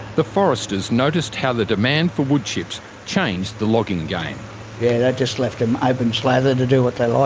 the foresters noticed how the demand for woodchips changed the logging game yeah just left them open slather to do what they liked.